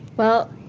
well,